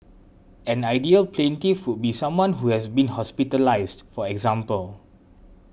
an ideal plaintiff would be someone who has been hospitalised for example